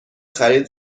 خرید